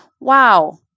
wow